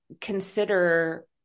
consider